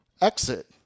exit